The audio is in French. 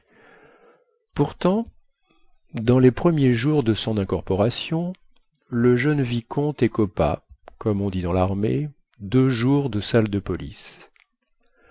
pourtant dans les premiers jours de son incorporation le jeune vicomte écopa comme on dit dans larmée deux jours de salle de police